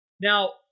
Now